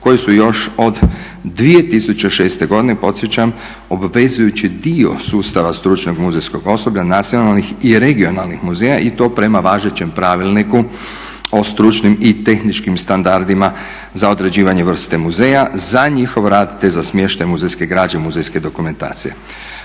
koji su još od 2006. godine podsjećam obvezujući dio sustava stručnog muzejskog osoblja nacionalnih i regionalnih muzeja i to prema važećem pravilniku o stručnim i tehničkim standardima za određivanje vrste muzeja za njihov rad te za smještaj muzejske građe, muzejske dokumentacije.